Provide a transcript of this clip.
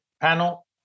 panel